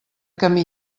camí